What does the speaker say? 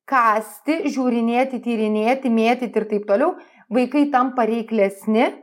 kąsti žiūrinėti tyrinėti mėtyti ir taip toliau vaikai tampa reiklesni